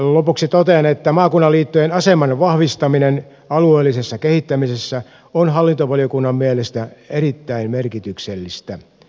lopuksi totean että maakunnan liittojen aseman vahvistaminen alueellisessa kehittämisessä on hallintovaliokunnan mielestä erittäin merkityksellistä